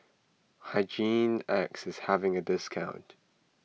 Hygin X is having a discount